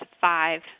five